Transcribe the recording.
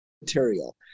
material